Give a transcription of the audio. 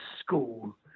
school